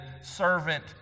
Servant